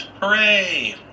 Hooray